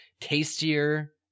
tastier